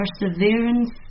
perseverance